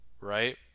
right